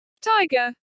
Tiger